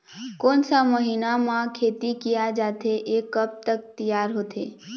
कोन सा महीना मा खेती किया जाथे ये कब तक तियार होथे?